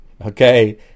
Okay